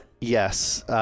Yes